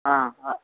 ஆ அ